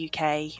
UK